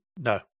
No